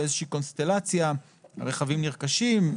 באיזה שהיא קונסטלציה הרכבים נרכשים,